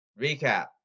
Recap